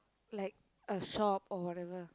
like a shop or whatever